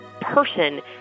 person